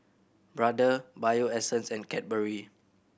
Brother Bio Essence and Cadbury